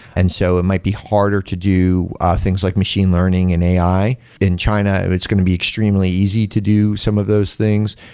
and so it might be harder to do ah things like machine learning and ai. in china, it's going to be extremely easy to do some of those things.